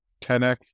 10x